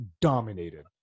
dominated